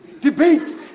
Debate